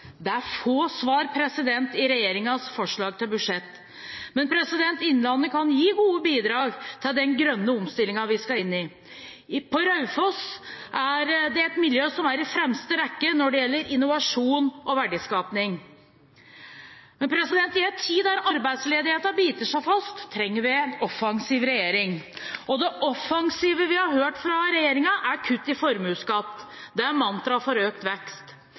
Det er få svar i regjeringens forslag til budsjett. Men innlandet kan gi gode bidrag til den grønne omstillingen vi skal inn i. På Raufoss er det et miljø som er i fremste rekke når det gjelder innovasjon og verdiskaping. I en tid da arbeidsledigheten biter seg fast, trenger vi en offensiv regjering, og det offensive vi har hørt fra regjeringen, er kutt i formuesskatt. Det er mantra for økt vekst.